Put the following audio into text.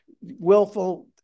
willful